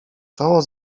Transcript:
czoło